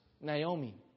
Naomi